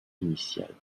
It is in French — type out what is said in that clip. initiale